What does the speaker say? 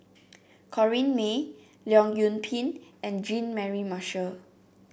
Corrinne May Leong Yoon Pin and Jean Mary Marshall